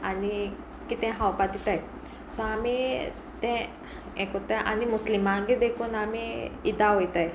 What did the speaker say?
आनी कितें खावपा दिताय सो आमी तें हें करत्ताय आनी मुस्लिमांगेर देखून आमी इदा वोयताय